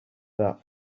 that